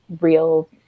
real